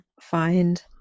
find